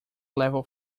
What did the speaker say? level